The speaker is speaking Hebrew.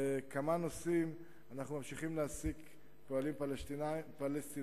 בכמה תחומים אנחנו ממשיכים להעסיק פועלים פלסטינים,